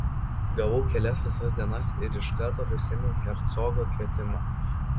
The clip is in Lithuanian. gavau kelias laisvas dienas ir iš karto prisiminiau hercogo kvietimą